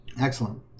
Excellent